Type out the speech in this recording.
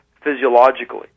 physiologically